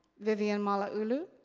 vivian malauulu.